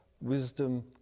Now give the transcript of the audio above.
wisdom